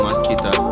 Mosquito